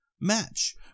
match